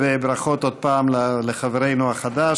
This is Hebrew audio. וברכות שוב לחברנו החדש,